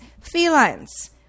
Felines